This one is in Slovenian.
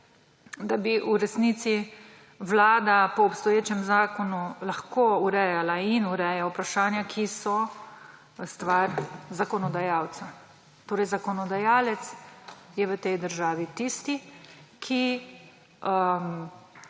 da bi v resnici Vlada po obstoječem zakonu lahko urejala in ureja vprašanja, ki so stvar zakonodajalca. Torej zakonodajalec je v tej državi tisti, ki